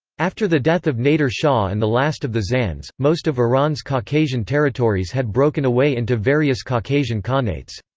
after the death of nader shah and the last of the zands, most of iran's caucasian territories had broken away into various caucasian khanates.